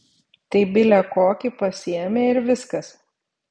tai bile kokį pasiėmė ir viskas